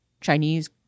Chinese